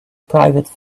private